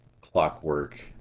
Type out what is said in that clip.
clockwork